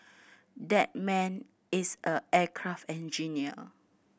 that man is a aircraft engineer